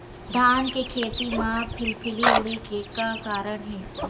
धान के खेती म फिलफिली उड़े के का कारण हे?